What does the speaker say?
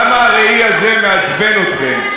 כמה הראי הזה מעצבן אתכם,